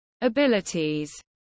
abilities